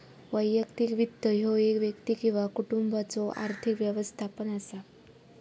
वैयक्तिक वित्त ह्यो एक व्यक्ती किंवा कुटुंबाचो आर्थिक व्यवस्थापन असा